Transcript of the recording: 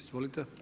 Izvolite.